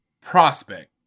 prospect